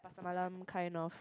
malam kinds of